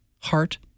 heart